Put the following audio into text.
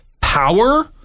power